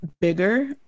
bigger